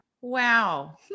Wow